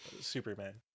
Superman